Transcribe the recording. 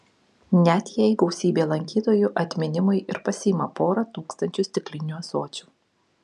net jei gausybė lankytojų atminimui ir pasiima porą tūkstančių stiklinių ąsočių